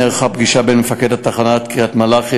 נערכה פגישה בין מפקד תחנת קריית-מלאכי